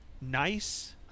nice